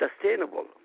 sustainable